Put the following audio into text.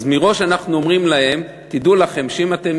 מראש אנחנו אומרים להם: תדעו לכם שאם אתם